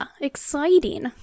exciting